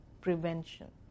prevention